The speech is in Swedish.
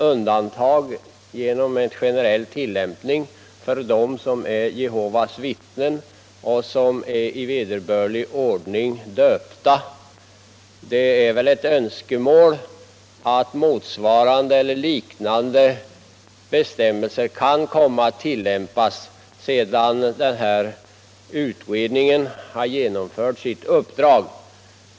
Undantag görs nämligen generellt för dem som är Jehovas vittnen och som är i vederbörlig ordning döpta. Det är ett önskemål att motsvarande eller liknande bestämmelser kan tillämpas i andra fall sedan utredningen har utfört sitt uppdrag.